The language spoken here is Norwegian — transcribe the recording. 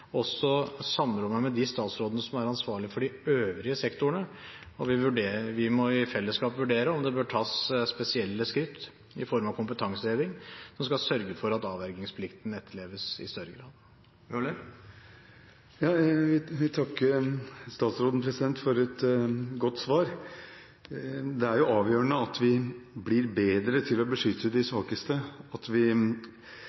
også samrå meg med de statsrådene som er ansvarlig for de øvrige sektorene. Vi må i fellesskap vurdere om det bør tas spesielle skritt i form av kompetanseheving som skal sørge for at avvergingsplikten etterleves i større grad. Jeg vil takke statsråden for et godt svar. Det er avgjørende at vi blir bedre til å beskytte de svakeste, at vi